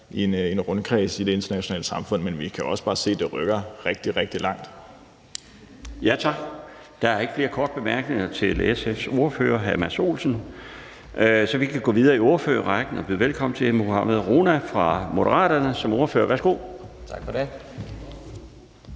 i en rundkreds i det internationale samfund, men vi kan også bare se, at det rykker rigtig, rigtig meget. Kl. 16:31 Den fg. formand (Bjarne Laustsen): Tak. Der er ikke flere korte bemærkninger til SF's ordfører, hr. Mads Olsen, så vi kan gå videre i ordførerrækken og byde velkommen til hr. Mohammad Rona fra Moderaterne som ordfører. Værsgo. Kl.